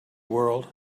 world